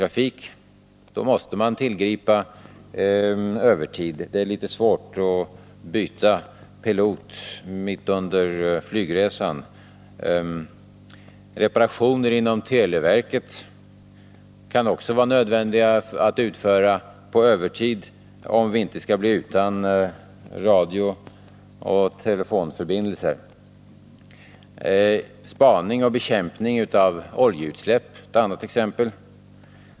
Då måste man tillgripa övertid — det är ju litet svårt att t.ex. byta pilot mitt under flygresan. Reparationer inom televerket kan det också vara nödvändigt att utföra på övertid, om vi inte skall bli utan radiooch telefonförbindelser. Spaning efter och bekämpning av oljeutsläpp är ett annat exempel.